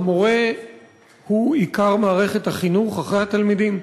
המורה הוא עיקר מערכת החינוך אחרי התלמידים.